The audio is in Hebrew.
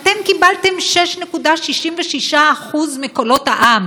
אתם קיבלתם 6.66% מקולות העם.